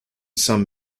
some